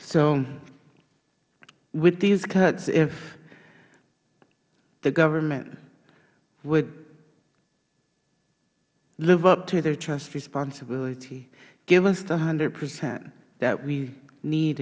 so with these cuts if the government would live up to their trust responsibility give us the hpercent that we need